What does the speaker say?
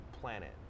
planet